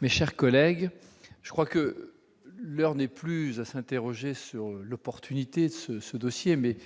Mais, chers collègues, je crois que l'heure n'est plus à s'interroger sur l'opportunité de ce ce dossier mais